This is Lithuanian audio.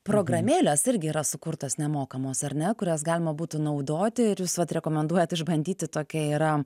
programėlės irgi yra sukurtos nemokamos ar ne kurias galima būtų naudoti ir jūs vat rekomenduojat išbandyti tokia yra